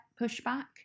pushback